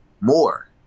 more